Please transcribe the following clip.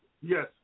Yes